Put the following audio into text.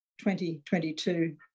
2022